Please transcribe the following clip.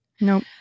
Nope